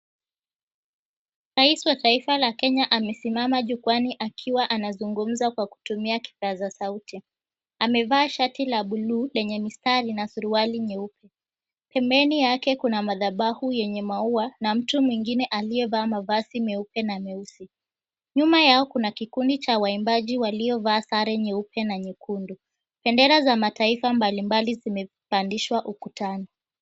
Rais wa taifa la Kenya amesimama jukwaani akiwa anazungumza kwa kutumia kipaza sauti. Amevaa shati la buluu lenye mistari na suruali nyeupe. Pembeni yake kuna madhabahu yenye maua na mtu mwengine aliyevaa mavazi meupe na meusi. Nyuma yao kuna kikundi cha waimbaji waliovaa sare nyeupe na nyekundu. Bendera za mataifa mbalimbali zimepandishwa ukutani.